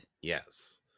Yes